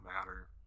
matter